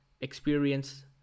experience